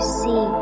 see